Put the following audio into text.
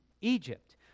Egypt